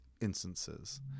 instances